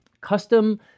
custom